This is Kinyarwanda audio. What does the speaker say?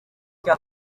cya